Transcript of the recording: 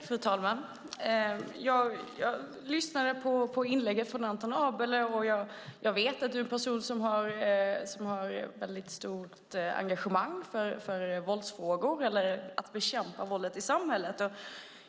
Fru talman! Jag lyssnade på inlägget från dig, Anton Abele, och jag vet att du är en person som har ett stort engagemang för att bekämpa våldet i samhället.